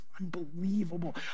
unbelievable